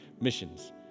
missions